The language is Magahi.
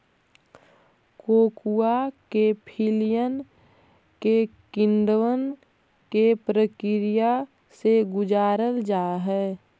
कोकोआ के फलियन के किण्वन के प्रक्रिया से गुजारल जा हई